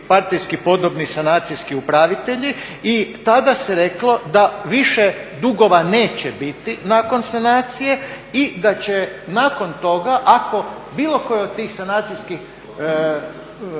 partijski podobni sanacijski upravitelji i tada se reklo da više dugova neće biti nakon sanacije i da će nakon toga ako bilo koje od tih sanacijskih